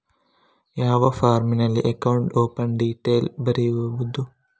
ಯಾವ ಫಾರ್ಮಿನಲ್ಲಿ account open detail ಬರೆಯುವುದು?